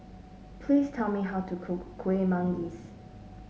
please tell me how to cook Kuih Manggis